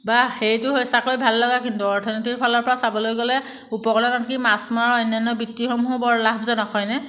বাহ সেইটো সঁচাকৈয়ে ভাল লগা কিন্তু অৰ্থনীতিৰ ফালৰ পৰা চাবলৈ গ'লে উপকূলত আনকি মাছ মৰা আৰু অন্যান্য বৃত্তিসমূহো বৰ লাভজনক হয়নে